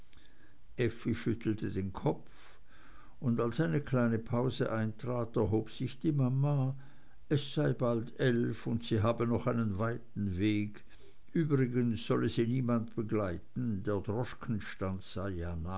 schüttelte den kopf und als eine kleine pause eintrat erhob sich die mama es sei bald elf und sie habe noch einen weiten weg übrigens solle sie niemand begleiten der